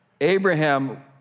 Abraham